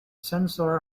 sensor